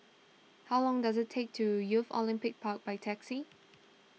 how long does it take to Youth Olympic Park by taxi